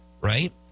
right